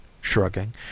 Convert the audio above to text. shrugging